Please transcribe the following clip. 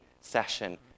session